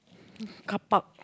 car park